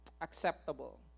acceptable